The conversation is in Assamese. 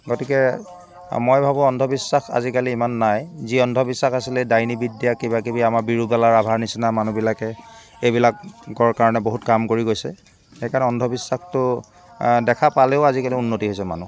গতিকে মই ভাবোঁ অন্ধবিশ্বাস আজিকালি ইমান নাই যি অন্ধবিশ্বাস আছিলে দায়নী বিদ্যা কিবাকিবি আমাৰ বিৰোবেলাৰ ৰাভাৰ নিচিনা মানুহবিলাকে এইবিলাকৰ কাৰণে বহুত কাম কৰি গৈছে সেইকাৰণে অন্ধবিশ্বাসটো দেখা পালেও আজিকালি উন্নতি হৈছে মানুহ